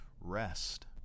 Rest